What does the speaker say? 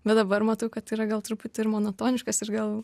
bet dabar matau kad yra gal truputį ir monotoniškas ir gal